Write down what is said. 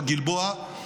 בגלבוע,